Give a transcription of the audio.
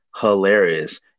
hilarious